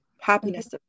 Happiness